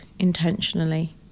Intentionally